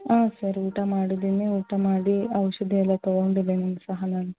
ಹಾಂ ಸರ್ ಊಟ ಮಾಡಿದ್ದೀನಿ ಊಟ ಮಾಡಿ ಔಷಧಿ ಎಲ್ಲ ತೊಗೊಂಡಿದ್ದೀನಿ ಸಹ ನಾನು